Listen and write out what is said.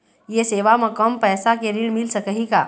ये सेवा म कम पैसा के ऋण मिल सकही का?